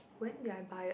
when did I buy it